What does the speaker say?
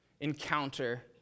encounter